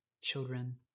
children